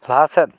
ᱞᱟᱦᱟ ᱥᱮᱫ